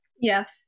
Yes